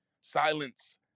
Silence